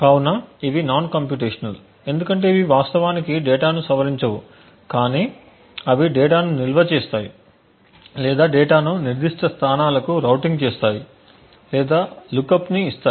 కాబట్టి ఇవి non computational ఎందుకంటే ఇవి వాస్తవానికి డేటాను సవరించవు కానీ అవి డేటాను నిల్వ చేస్తాయి లేదా డేటాను నిర్దిష్ట స్థానాలకు రౌటింగ్ చేస్తాయి లేదా లుక్ అప్ ని ఇస్తాయి